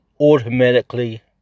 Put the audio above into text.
automatically